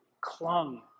clung